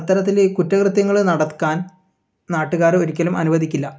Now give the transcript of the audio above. അത്തരത്തിൽ കുറ്റകൃത്യങ്ങൾ നടക്കാൻ നാട്ടുകാർ ഒരിക്കലും അനുവദിക്കില്ല